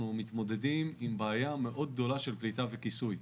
מתמודדים עם בעיה מאוד גדולה של קליטה וכיסוי.